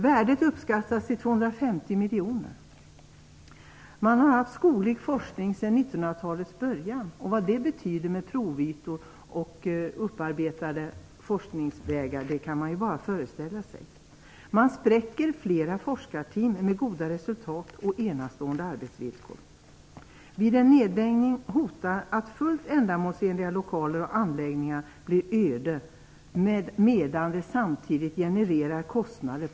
Värdet uppskattas till 250 miljoner. Man har bedrivit forskning om skogen sedan början av 1900-talet, och vi kan föreställa oss vad det innebär när det gäller provytor och upparbetade forskningsvägar. Här kommer flera forskarteam som uppvisar goda resultat och som har enastående arbetsvillkor att spräckas. Vid en nedläggning hotas fullt ändamålsenliga lokaler och anläggningar att bli öde, samtidigt som kostnader genereras på annat håll.